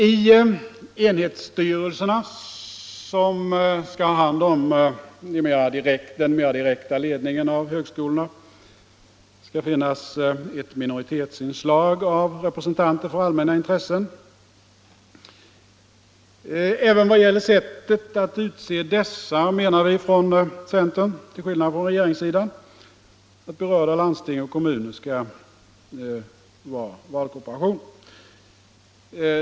I enhetsstyrelserna som skall ha hand om den mera direkta ledningen av högskolorna skall finnas ett minoritetsinslag av representanter för allmänna intressen. Även i vad gäller sättet att utse dessa menar vi från centern, till skillnad från regeringssidan, att berörda landsting och kommuner skall utgöra valkorporation.